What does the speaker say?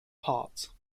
part